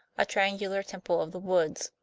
a triangular temple of the winds.